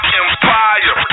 empire